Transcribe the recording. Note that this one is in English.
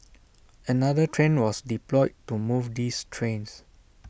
another train was deployed to move these trains